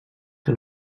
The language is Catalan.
que